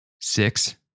Six